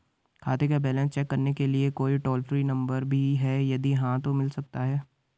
खाते का balance check करने के लिए कोई टॉल फ्री नम्बर भी है यदि हाँ तो मिल सकता है?